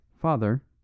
Father